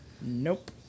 Nope